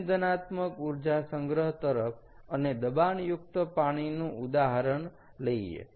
સંવેદનાત્મક ઊર્જા સંગ્રહ તરફ અને દબાણયુકત પાણી નું ઉદાહરણ લઈએ